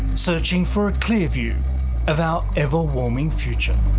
searching for a clear view of our ever-warming future.